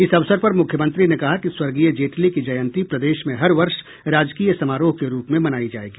इस अवसर पर मुख्यमंत्री ने कहा कि स्वर्गीय जेटली की जयंती प्रदेश में हर वर्ष राजकीय समारोह के रूप में मनायी जायेगी